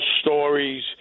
stories